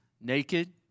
naked